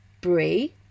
brie